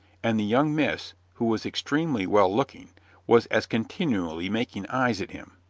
and the young miss, who was extremely well-looking, was as continually making eyes at him.